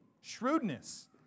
Shrewdness